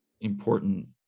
important